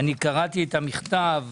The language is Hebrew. קראתי את המכתב